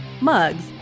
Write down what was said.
mugs